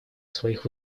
своих